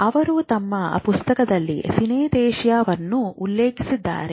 ಅವರು ತಮ್ಮ ಪುಸ್ತಕದಲ್ಲಿ ಸಿನೆಸ್ಥೇಶಿಯಾವನ್ನು ಉಲ್ಲೇಖಿಸಿದ್ದಾರೆ